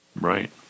Right